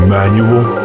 Manual